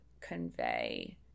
convey